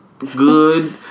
good